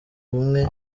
ubumwe